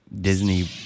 Disney